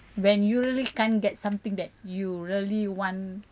when you really can't get something that you really want